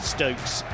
Stokes